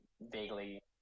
vaguely